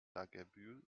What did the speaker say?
dagebüll